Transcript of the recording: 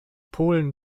polen